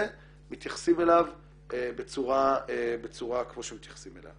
מתייחסים אליו בצורה כמו שמתייחסים אליו.